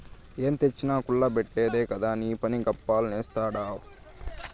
ఏం తెచ్చినా కుల్ల బెట్టుడే కదా నీపని, గప్పాలు నేస్తాడావ్